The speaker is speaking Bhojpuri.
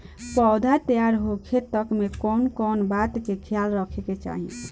पौधा तैयार होखे तक मे कउन कउन बात के ख्याल रखे के चाही?